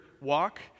walk